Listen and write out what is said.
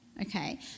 okay